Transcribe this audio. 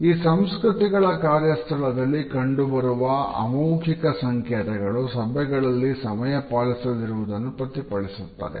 ಈ ಸಂಸ್ಕೃತಿಗಳ ಕಾರ್ಯಸ್ಥಳದಲ್ಲಿ ಕಂಡುಬರುವ ಅಮೌಖಿಕ ಸಂಕೇತಗಳು ಸಭೆಗಳಲ್ಲಿ ಸಮಯ ಪಾಲಿಸದಿರುವುದನ್ನು ಪ್ರತಿಫಲಿಸುತ್ತದೆ